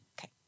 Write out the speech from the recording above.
Okay